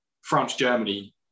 France-Germany